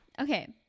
Okay